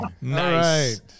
nice